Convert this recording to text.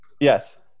Yes